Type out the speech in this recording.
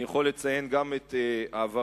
אני יכול לציין גם את העברת,